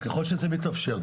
ככל שזה מתאפשר.